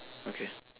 okay